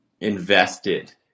invested